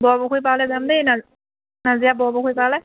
বৰ পুখুৰী পাৰলৈ যাম দেই না নাাজিৰা বৰ পুখুৰী পাৰলৈ